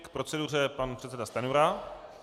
K proceduře pan předseda Stanjura.